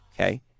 okay